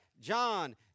John